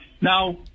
Now